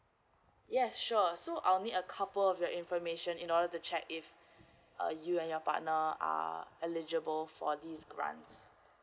yes sure so I'll need a couple of your information in order to check if uh you and your partner are eligible for this grants